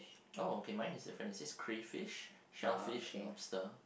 oh okay mine is different crayfish shellfish lobster